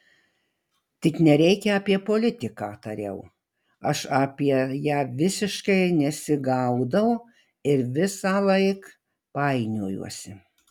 tik nereikia apie politiką tariau aš apie ją visiškai nesigaudau ir visąlaik painiojuosi